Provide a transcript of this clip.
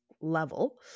level